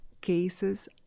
cases